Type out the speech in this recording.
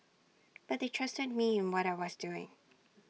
but they trusted me in what I was doing